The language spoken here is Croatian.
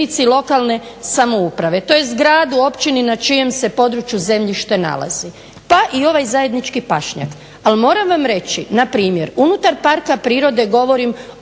Hvala vam.